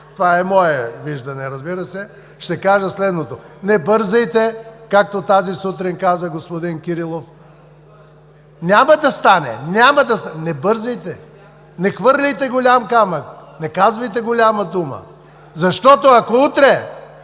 Това е мое виждане, разбира се. Ще кажа следното: не бързайте – както тази сутрин каза господин Кирилов: няма да стане! (Реплики.) Не бързайте, не хвърляте голям камък, не казвайте голяма дума, защото, ако утре